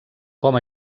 com